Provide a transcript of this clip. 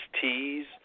Tees